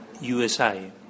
USI